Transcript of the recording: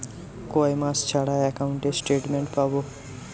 কয় মাস ছাড়া একাউন্টে স্টেটমেন্ট পাব?